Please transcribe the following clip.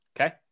Okay